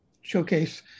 Showcase